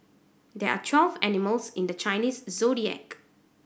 there are twelve animals in the Chinese Zodiac